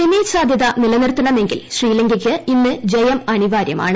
semi സാധ്യത നിലനിർത്തണമെങ്കിൽ ശ്രീല്ല്ക്കയ്ക്ക് ഇന്ന് ജയം അനിവാര്യമാണ്